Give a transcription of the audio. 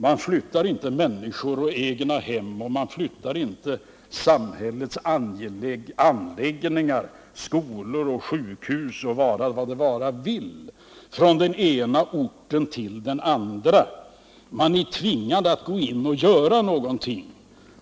Man flyttar inte människor och egnahem, och man flyttar inte samhällets anläggningar — skolor, sjukhus och vara vad det vara vill — från den ena orten till den andra. Man är tvingad att gå in och göra någonting.